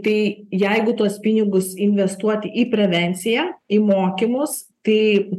tai jeigu tuos pinigus investuoti į prevenciją į mokymus tai